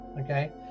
Okay